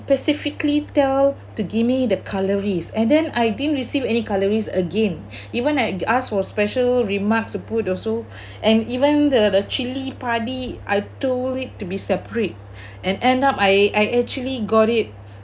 specifically tell to give me the cutleries and then I didn't receive any cutleries again even I asked for special remarks to put also and even the the chili padi I told it to be separate and end up I I actually got it